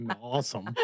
Awesome